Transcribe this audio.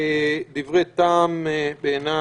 דברי טעם בעיני.